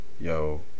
Yo